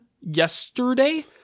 yesterday